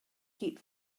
keep